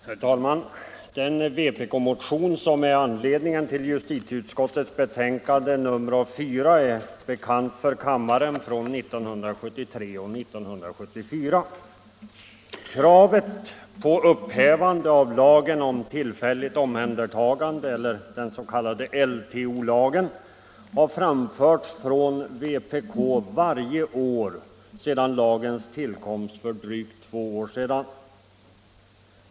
Herr talman! Den vpk-motion som är anledningen till justitieutskottets betänkande nr 4 är bekant för kammaren från 1973 och 1974. Kravet på upphävande av lagen om tillfälligt omhändertagande, LTO, har framförts från vpk varje år sedan lagens tillkomst för drygt två år sedan.